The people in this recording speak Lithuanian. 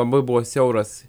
labai buvo siauras